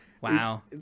Wow